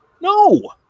No